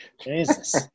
Jesus